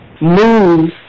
move